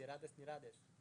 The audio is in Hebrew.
סירדס נירדס.